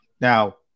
Now